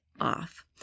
off